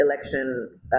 election